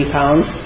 pounds